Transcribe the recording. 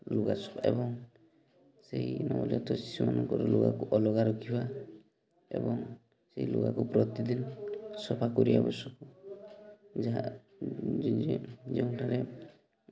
ଲୁଗାସଫା ଏବଂ ସେଇ ନବଜାତ ଶିଶୁମାନଙ୍କର ଲୁଗାକୁ ଅଲଗା ରଖିବା ଏବଂ ସେଇ ଲୁଗାକୁ ପ୍ରତିଦିନ ସଫା କରିବା ଆବଶ୍ୟକ ଯାହା ଯେଉଁଠାରେ